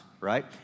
right